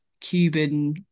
Cuban